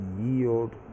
yield